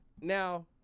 Now